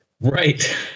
right